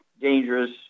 dangerous